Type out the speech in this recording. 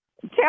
Tell